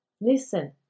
Listen